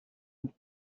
and